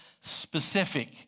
specific